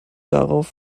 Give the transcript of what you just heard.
darauf